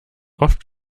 oft